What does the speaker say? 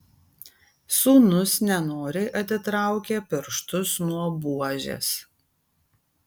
sūnus nenoriai atitraukė pirštus nuo buožės